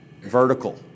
vertical